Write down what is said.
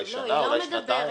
אולי שנה אולי שנתיים.